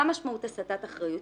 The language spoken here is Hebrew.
מה משמעות הסטת אחריות?